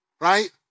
right